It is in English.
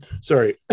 sorry